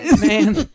Man